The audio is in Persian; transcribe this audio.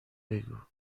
بگو